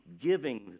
giving